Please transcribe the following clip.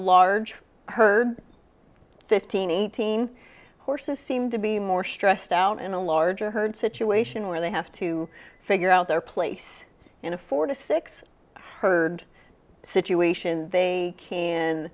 large herd fifteen eighteen horses seem to be more stressed out in a larger herd situation where they have to figure out their place in a four to six herd situation they can